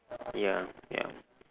ya ya